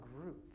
group